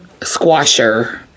squasher